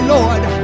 Lord